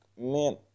man